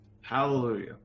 Hallelujah